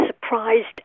surprised